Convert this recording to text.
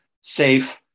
safe